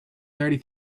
thirty